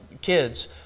kids